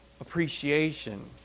Appreciation